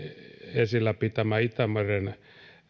esillä pitämä itämeren